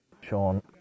Sean